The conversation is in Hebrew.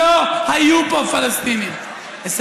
נא לסיים.